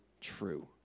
true